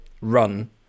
run